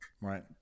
Right